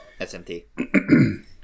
SMT